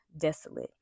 desolate